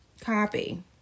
Copy